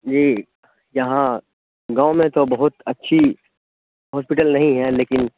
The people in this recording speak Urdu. جی یہاں گاؤں میں تو بہت اچھی ہاسپیٹل نہیں ہے لیکن